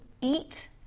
eat